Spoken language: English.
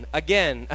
again